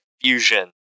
fusion